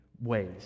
ways